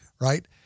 Right